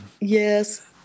Yes